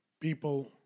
people